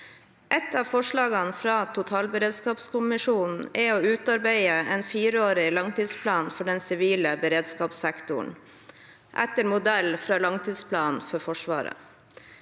Et av forslagene fra Totalberedskapskommisjonen er å utarbeide en fireårig langtidsplan for den sivile beredskapssektoren, etter modell fra langtidsplanen for Forsvaret.